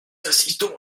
assistons